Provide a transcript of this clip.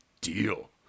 Deal